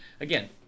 Again